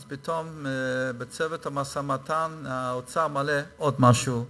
אז פתאום בצוות המשא-ומתן האוצר מעלה עוד משהו,